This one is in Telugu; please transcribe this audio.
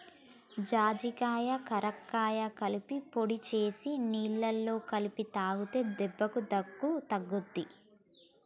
జాజికాయ కరక్కాయ కలిపి పొడి చేసి నీళ్లల్ల కలిపి తాగితే దెబ్బకు దగ్గు తగ్గుతది